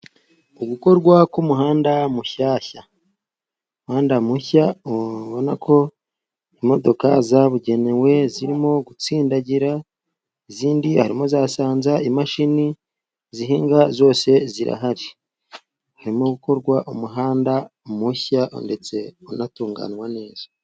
Ugukorwa k'umuhanda mushyashya, umuhanda mushya ubona ko imodoka zabugenewe zirimo gutsindagira, izindi harimo zasanze imashini, zihinga zose zirahari, harimo gukorwa umuhanda mushya ndetse unatunganywa neza.